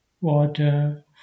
water